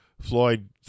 Floyd